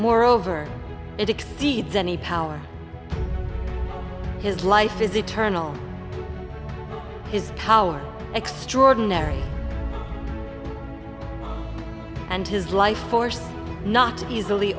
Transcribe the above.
moreover it exceeds any power his life is eternal his power extraordinary and his life force not to be easily